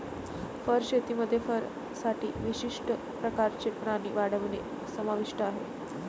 fur शेतीमध्ये फरसाठी विशिष्ट प्रकारचे प्राणी वाढवणे समाविष्ट आहे